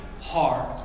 hard